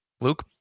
Luke